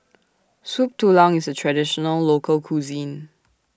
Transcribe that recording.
Soup Tulang IS A Traditional Local Cuisine